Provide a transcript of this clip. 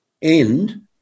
End